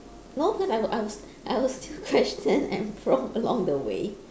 no because I will I will I will still question and prompt along the way